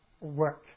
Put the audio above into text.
work